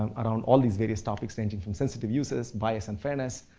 um around all these various topics ranging from sensitive uses, bias and fairness.